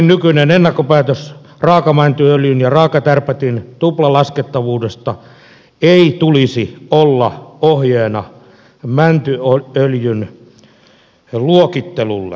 tullin nykyisen ennakkopäätöksen raakamäntyöljyn ja raakatärpätin tuplalaskettavuudesta ei tulisi olla ohjeena mäntyöljyn luokittelulle